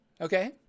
Okay